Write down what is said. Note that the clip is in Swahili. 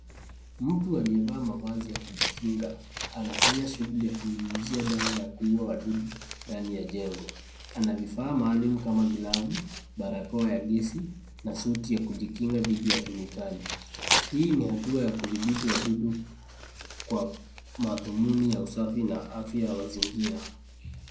Mtu aliyevaa mavazi ya kujikinga, anafanya kazi ya kunyunyizia dawa ya kuua wadudu ndani ya jengo analivaa maalum kama glavu, barakoa ya gesi na suti ya kujikinga dhifi ya kemikali, Hii ni hatua ya kudhibiti wadudu kwa madhumuni ya usafi na afya ya mazingira .